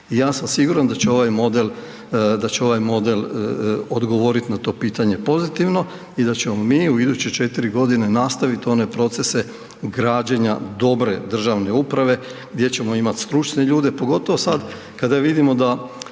da će ovaj model, da će ovaj model odgovoriti na to pitanje pozitivno i da ćemo mi u iduće 4 godine nastaviti one procese građenja dobre državne uprave gdje ćemo imati stručne ljude, pogotovo sada kada vidimo da